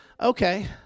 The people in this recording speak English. okay